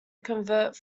convert